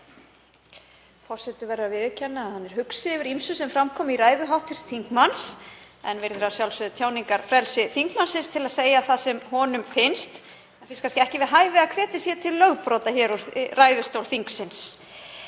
Forseti verður að viðurkenna að hann er hugsi yfir ýmsu sem fram kom í ræðu hv. þingmanns, virðir að sjálfsögðu tjáningarfrelsi þingmannsins til að segja það sem honum finnst en finnst kannski ekki við hæfi að hvetja til lögbrota hér úr ræðustól þingsins.